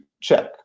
check